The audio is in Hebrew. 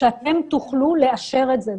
שאתם תוכלו לאשר את זה,